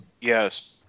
Yes